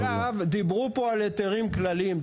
דיברו פה על היתרים כלליים.